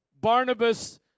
Barnabas